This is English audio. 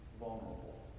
vulnerable